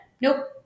nope